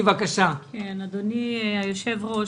אדוני היושב-ראש,